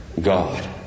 God